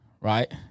right